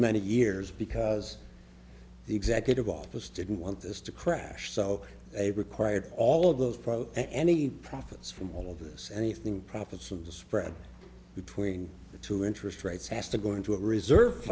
many years because the executive office didn't want this to crash so they required all of those protests any profits from all of this anything profits of the spread between the two interest rates has to go into a reserve